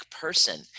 person